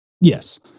yes